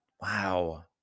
Wow